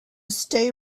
stay